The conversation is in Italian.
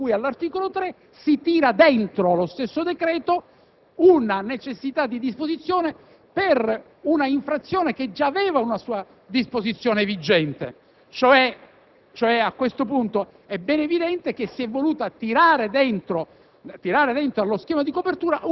per rendere possibile la copertura delle risorse per l'impatto di cui all'articolo 3, si tira dentro lo stesso decreto come necessaria una disposizione per una infrazione per la quale già esisteva una disposizione vigente. A